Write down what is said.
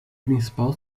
principal